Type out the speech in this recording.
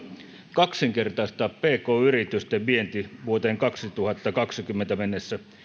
kaksinkertaistaa pk yritysten vienti vuoteen kaksituhattakaksikymmentä mennessä